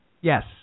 Yes